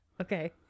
Okay